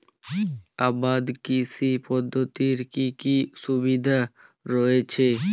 আবাদ কৃষি পদ্ধতির কি কি সুবিধা রয়েছে?